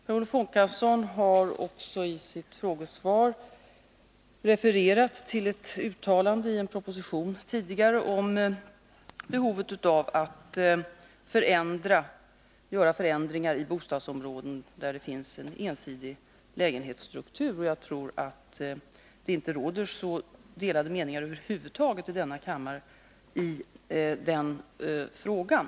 Per Olof Håkansson har också i sin fråga refererat till ett uttalande i en proposition tidigare om behovet av att göra förändringar i bostadsområden, där det finns en ensidig lägenhetsstruktur. Jag tror inte att det råder delade meningar över huvud taget i denna kammare i den frågan.